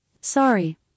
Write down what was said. Sorry